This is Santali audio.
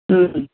ᱦᱮᱸ